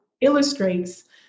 illustrates